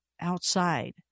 outside